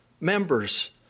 members